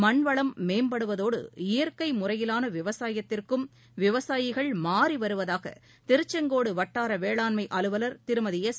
மண்வளம் மேம்படுவதோடு இயற்கைமுறையிலானவிவசாயத்திற்கும் விவசாயிகள் இதனால் மாறிவருவதாகதிருச்செங்கோடுவட்டாரவேளாண்மைஅலுவலர் திருமதி எஸ்